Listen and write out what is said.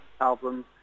album